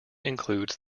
includes